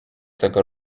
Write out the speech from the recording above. tego